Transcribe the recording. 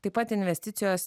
taip pat investicijos